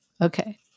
Okay